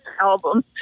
album